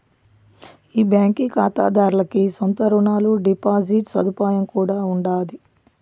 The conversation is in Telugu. ఈ బాంకీ కాతాదార్లకి సొంత రునాలు, డిపాజిట్ సదుపాయం కూడా ఉండాది